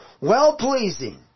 well-pleasing